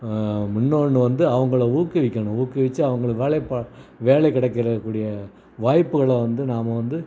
இன்னொன்று வந்து அவங்கள ஊக்குவிக்கணும் ஊக்குவித்து அவங்கள வேலை பா வேலை கிடைக்கிறக்கூடிய வாய்ப்புகளை வந்து நாம் வந்து